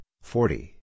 forty